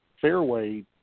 fairway